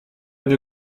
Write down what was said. une